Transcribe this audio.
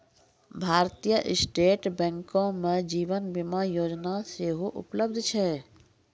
भारतीय स्टेट बैंको मे जीवन बीमा योजना सेहो उपलब्ध छै